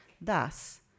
Thus